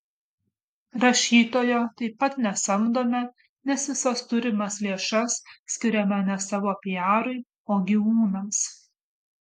rašytojo taip pat nesamdome nes visas turimas lėšas skiriame ne savo piarui o gyvūnams